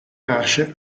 nasce